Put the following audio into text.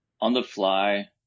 on-the-fly